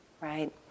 right